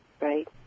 right